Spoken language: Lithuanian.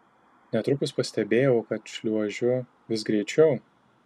netrukus pastebėjau kad šliuožiu vis greičiau